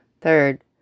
Third